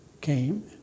came